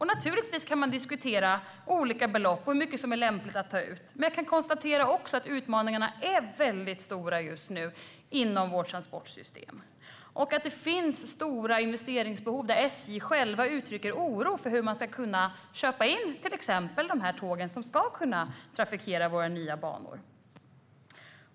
Naturligtvis kan man diskutera olika belopp och hur mycket som är lämpligt att ta ut. Men jag kan också konstatera att utmaningarna är stora just nu inom vårt transportsystem. Det finns stora investeringsbehov, och man uttrycker från SJ:s sida oro för hur man ska kunna köpa in till exempel de här tågen som ska kunna trafikera våra nya banor.